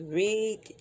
read